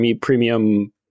premium